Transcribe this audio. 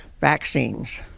vaccines